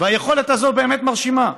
היכולת הזו באמת מרשימה.